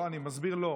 לא, אני אסביר לו.